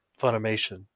Funimation